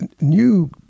new